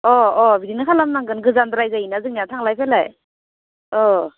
अ अ बिदिनो खालामनांगोन गोजानद्राय जायो ना जोंनिया थांलाय फैलाय